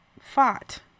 Fought